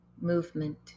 movement